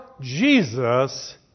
Jesus